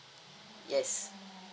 yes